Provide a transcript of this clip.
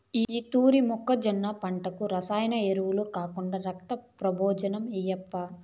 ఈ తూరి మొక్కజొన్న పంటకు రసాయన ఎరువులు కాకుండా రక్తం ప్రబోజనం ఏయప్పా